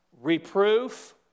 reproof